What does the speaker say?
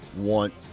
want